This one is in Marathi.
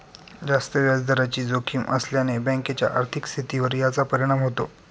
जास्त व्याजदराची जोखीम असल्याने बँकेच्या आर्थिक स्थितीवर याचा परिणाम होतो